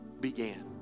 began